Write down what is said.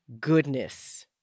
goodness